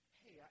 hey